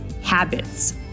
habits